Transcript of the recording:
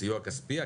סיוע כספי?